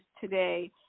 today